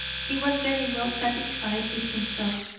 he was very well satisfied with himself.